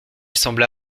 sembla